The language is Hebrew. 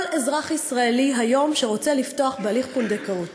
כל אזרח ישראלי שרוצה היום לפתוח בהליך פונדקאות,